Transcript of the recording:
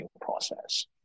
process